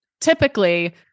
Typically